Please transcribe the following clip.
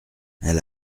elle